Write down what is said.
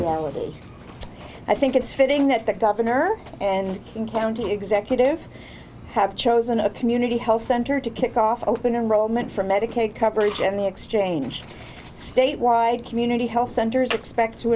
worthy i think it's fitting that the governor and county executive have chosen a community health center to kick off open enrollment for medicaid coverage and the exchange state wide community health centers expects to